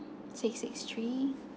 six six three